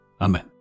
Amen